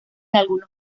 algunos